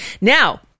Now